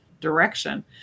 direction